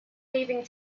leaving